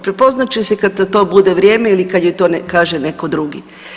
Prepoznat će se kad za to bude vrijeme ili kad joj to kaže netko drugi.